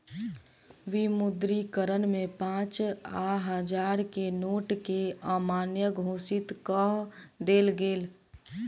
विमुद्रीकरण में पाँच आ हजार के नोट के अमान्य घोषित कअ देल गेल